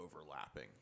overlapping